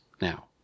now